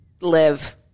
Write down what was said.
Live